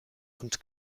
und